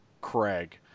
Craig